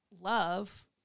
Love